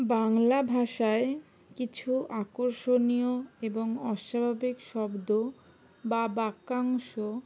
বাংলা ভাষায় কিছু আকর্ষণীয় এবং অস্বাভাবিক শব্দ বা বাক্যাংশ